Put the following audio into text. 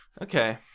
Okay